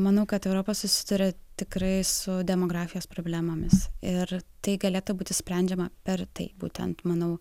manau kad europa susiduria tikrai su demografijos problemomis ir tai galėtų būti sprendžiama per tai būtent manau